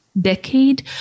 decade